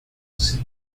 sin